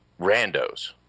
randos